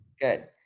Good